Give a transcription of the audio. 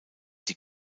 die